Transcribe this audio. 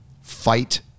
fight